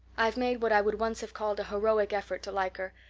i've made what i would once have called a heroic effort to like her,